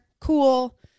Cool